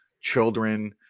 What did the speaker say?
children